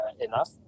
enough